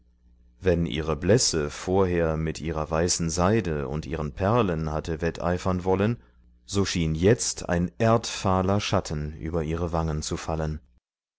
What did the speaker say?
wenn ihre blässe vorher mit ihrer weißen seide und ihren perlen hatte wetteifern wollen so schien jetzt ein erdfahler schatten über ihre wangen zu fallen